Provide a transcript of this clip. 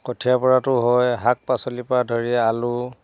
কঠীয়াৰ পৰাটো হয় শাক পাচলিৰ পৰা ধৰি আলু